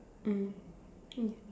mmhmm